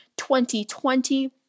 2020